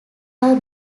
are